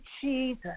Jesus